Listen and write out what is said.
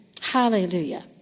Hallelujah